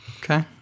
Okay